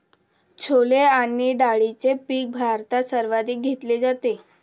छोले आणि डाळीचे पीक भारतात सर्वाधिक घेतले जाते